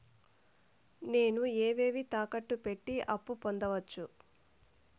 నేను ఏవేవి తాకట్టు పెట్టి అప్పు పొందవచ్చు?